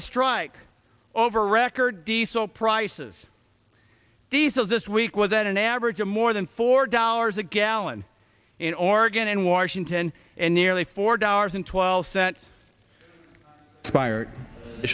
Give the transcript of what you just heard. to strike over record diesel prices diesels this week with an average of more than four dollars a gallon in oregon and washington and nearly four dollars in twelve cents prior to